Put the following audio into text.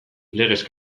legez